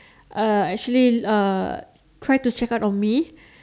uh actually uh tried to check out on me